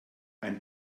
ein